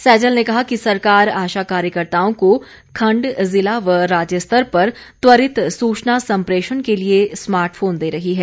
सैजल ने कहा कि सरकार आशा कार्यकर्ताओं को खंड जिला व राज्य स्तर पर त्वरित सूचना सम्प्रेषण के लिए स्मार्ट फोन दे रही है